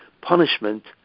punishment